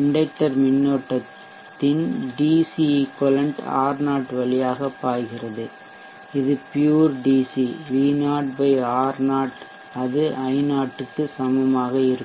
inductor மின்னோட்டத்தின் DC equivalent R0 வழியாக பாய்கிறது இது ப்யூர் DC V0 R0 அது I0 க் கு சமமாக இருக்கும்